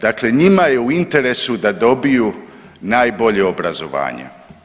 Dakle njima je u interesu da dobiju najbolje obrazovanje.